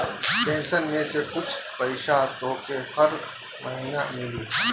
pension में से कुछ पईसा तोहके रह महिना मिली